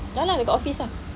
ya lah dekat office ah